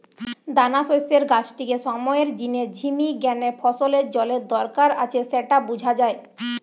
দানাশস্যের গাছটিকে সময়ের জিনে ঝিমি গ্যানে ফসলের জলের দরকার আছে স্যাটা বুঝা যায়